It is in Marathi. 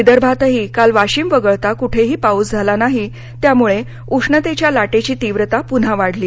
विदर्भातही काल वाशिम वगळता कुठेही पाऊस झाला नाही त्यामुळे उष्णतेच्या लाटेची तीव्रता पुन्हा वाढली